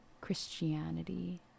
Christianity